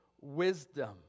wisdom